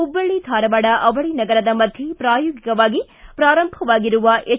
ಹುಬ್ಬಳ್ಳಿ ಧಾರವಾಡ ಅವಳನಗರದ ಮಧ್ಯೆ ಪ್ರಾಯೋಗಿಕವಾಗಿ ಪ್ರಾರಂಭವಾಗಿರುವ ಹೆಚ್